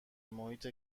محیط